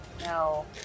no